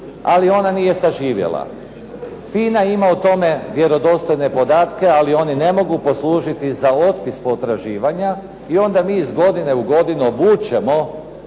ali ona nije saživjela. "FINA" ima o tome vjerodostojne podatke, ali oni ne mogu poslužiti za otpis potraživanja i onda mi iz godine u godinu vučemo